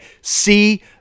see